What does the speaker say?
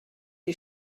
les